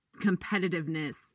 competitiveness